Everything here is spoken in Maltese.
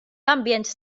ambjent